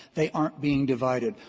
they aren't being divided.